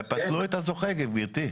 הם פסלו את הזוכה גבירתי,